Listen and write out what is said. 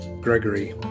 Gregory